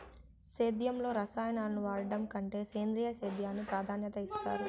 సేద్యంలో రసాయనాలను వాడడం కంటే సేంద్రియ సేద్యానికి ప్రాధాన్యత ఇస్తారు